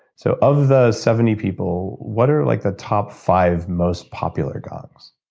so of the seventy people, what are like the top five most popular gongs?